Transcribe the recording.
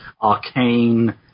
arcane